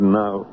now